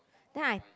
then I